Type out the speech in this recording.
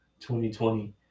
2020